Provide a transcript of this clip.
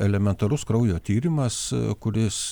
elementarus kraujo tyrimas kuris